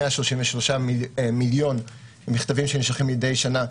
של 133 מיליון מכתבים שנשלחים מדי שנה,